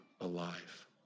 alive